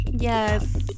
yes